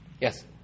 Yes